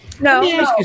No